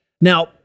Now